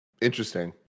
Interesting